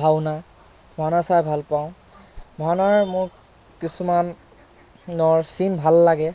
ভাওঁনা ভাওঁনা চাই ভাল পাওঁ ভাওঁনাৰ মোৰ কিছুমানৰ চিন ভাল লাগে